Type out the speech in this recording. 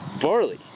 barley